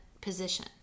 position